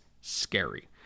scary